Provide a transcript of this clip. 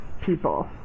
people